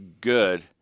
good